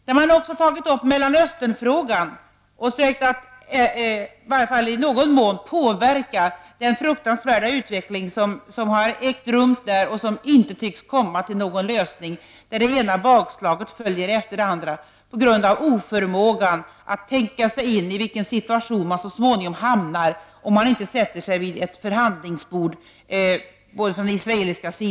De har också tagit upp Mellanösternfrågan och sökt att i någon mån påverka den fruktansvärda utveckling som har ägt rum där och som inte tycks komma till någon lösning, där det ena bakslaget följer efter det andra på grund av oförmågan både från israelisk och från arabisk sida att tänka sig in i vilken situation man så småningom hamnar i om man inte sätter sig vid förhandlingsbordet.